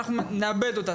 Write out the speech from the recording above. אנחנו נאבד אותה,